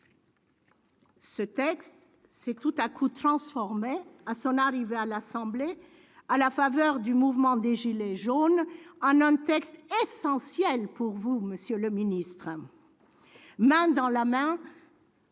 Sénat, se soit tout à coup transformé, à son arrivée à l'Assemblée nationale, à la faveur du mouvement des « gilets jaunes », en un texte essentiel pour vous, monsieur le ministre